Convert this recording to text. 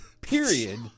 period